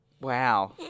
Wow